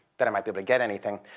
that i might be able to get anything.